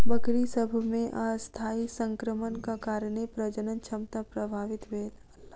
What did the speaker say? बकरी सभ मे अस्थायी संक्रमणक कारणेँ प्रजनन क्षमता प्रभावित भेल